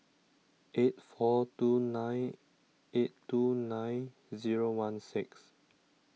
eight four two nine eight two nine zero one six